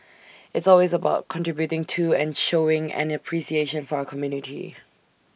it's always about contributing to and showing an appreciation for our community